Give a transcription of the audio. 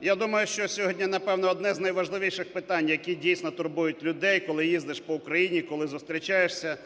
я думаю, що сьогодні, напевно, одне з найважливіших питань, яке дійсно турбують людей, коли їздиш по Україні і коли зустрічаєшся,